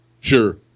Sure